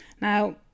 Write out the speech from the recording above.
Now